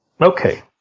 Okay